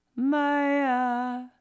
Maya